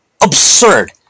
absurd